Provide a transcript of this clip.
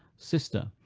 sister,